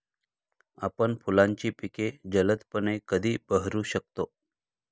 आपण फुलांची पिके जलदपणे कधी बहरू शकतो?